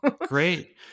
Great